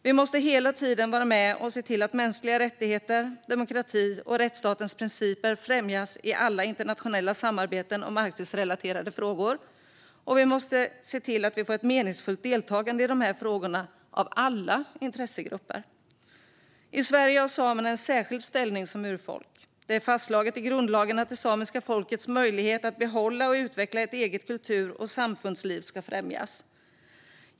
Vi måste hela tiden vara med och se till att mänskliga rättigheter, demokrati och rättsstatens principer främjas i alla internationella samarbeten om Arktisrelaterade frågor. Vi måste se till att vi får ett meningsfullt deltagande i frågorna av alla intressegrupperna. I Sverige har samerna en särskild ställning som urfolk. Det är fastslaget i grundlagen att det samiska folkets möjlighet att behålla och utveckla ett eget kultur och samfundsliv ska främjas.